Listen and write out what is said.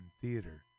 theater